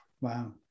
Wow